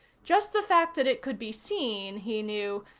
just the fact that it could be seen, he knew,